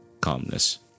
calmness